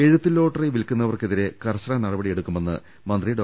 എഴുത്ത് ലോട്ടറി വിൽക്കുന്നവർക്കെതിരെ കർശന നടപടി എടു ക്കുമെന്ന് മന്ത്രി ഡോ